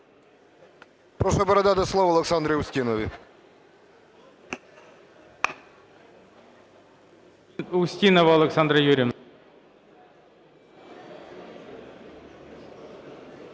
Прошу передати слово Олександрі Устіновій.